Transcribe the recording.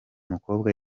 mukobwa